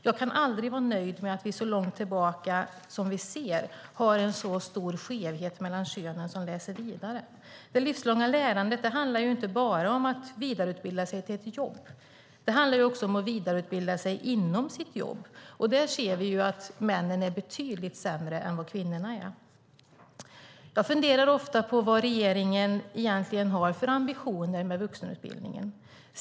Jag kan aldrig vara nöjd med att vi så långt tillbaka som vi ser har en så stor skevhet mellan könen när det gäller dem som läser vidare. Det livslånga lärandet handlar ju inte bara om att vidareutbilda sig till ett jobb. Det handlar också om att vidareutbilda sig inom sitt jobb. Där ser vi att männen är betydligt sämre än vad kvinnorna är. Jag funderar ofta på vad regeringen egentligen har för ambitioner med vuxenutbildningen.